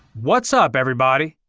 what's up everybody?